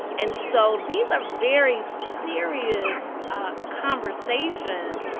and so these are very serious ah conversations.